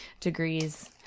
Degrees